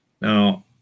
Now